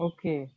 Okay